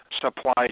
supply